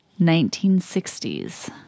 1960s